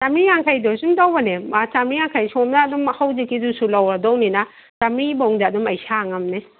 ꯆꯥꯝꯃꯔꯤ ꯌꯥꯡꯈꯩꯗꯣ ꯁꯨꯝ ꯇꯧꯕꯅꯤ ꯆꯥꯝꯃꯔꯤ ꯌꯥꯡꯈꯩ ꯁꯣꯝꯅ ꯑꯗꯨꯝ ꯍꯧꯖꯤꯛꯀꯤꯗꯨꯁꯨ ꯂꯧꯔꯗꯧꯅꯤꯅ ꯆꯥꯝꯃꯔꯤ ꯐꯥꯎꯗ ꯑꯗꯨꯝ ꯑꯩ ꯁꯥ ꯉꯝꯅꯤ